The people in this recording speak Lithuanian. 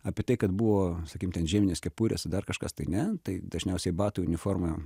apie tai kad buvo sakykim ten žieminės kepurės dar kažkas tai ne tai dažniausiai batai uniforma